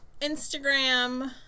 Instagram